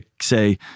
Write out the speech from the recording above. say